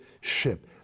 ship